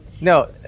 No